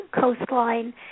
coastline